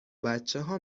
بچهها